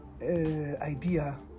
Idea